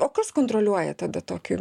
o kas kontroliuoja tada tokį